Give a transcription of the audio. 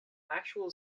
actual